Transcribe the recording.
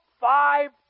five